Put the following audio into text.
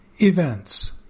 Events